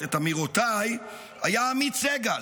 את אמירותיי היה עמית סגל.